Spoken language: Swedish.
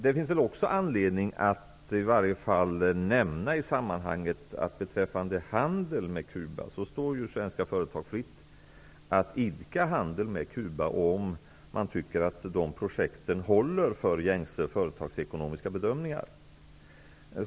Det finns väl också anledning att i varje fall nämna i sammanhanget att det står svenska företag fritt att idka handel med Cuba, om de tycker att projekten håller för gängse företagsekonomiska bedömningar.